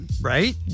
Right